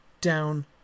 down